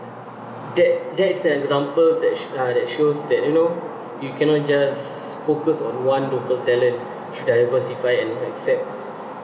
that that's an example that uh that shows that you know you cannot just focus on one local talent should diversify and accept